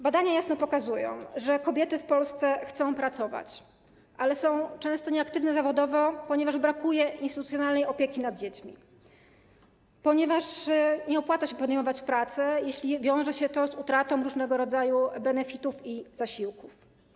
Badania jasno pokazują, że kobiety w Polsce chcą pracować, ale są często nieaktywne zawodowo, ponieważ brakuje instytucjonalnej opieki nad dziećmi, ponieważ nie opłaca się podejmować pracy, jeśli wiąże się to z utratą różnego rodzaju benefitów i zasiłków.